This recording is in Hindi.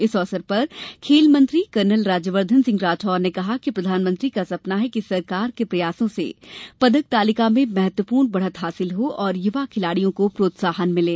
इस अवसर पर खेल मंत्री कर्नल राज्यवर्द्वन राठौर ने कहा कि प्रधानमंत्री का सपना है कि सरकार के प्रयासों से पदक तालिका में महत्वपूर्ण बढ़त हासिल हो और युवा खिलाड़ियों को प्रोत्साहन मिले